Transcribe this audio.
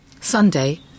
Sunday